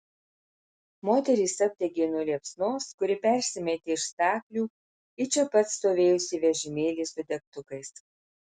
moterys apdegė nuo liepsnos kuri persimetė iš staklių į čia pat stovėjusį vežimėlį su degtukais